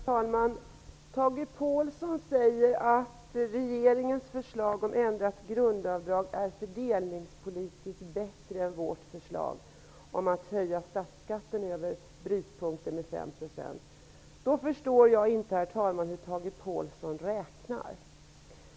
Herr talman! Tage Påhlsson säger att regeringens förslag om ändrat grundavdrag är fördelningspolitiskt bättre än vårt förslag om att höja statsskatten över brytpunkten med 5 %. Jag förstår inte, herr talman, hur Tage Påhlsson räknar.